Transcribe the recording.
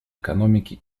экономики